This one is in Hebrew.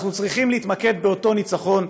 אנחנו צריכים להתמקד באותו ניצחון,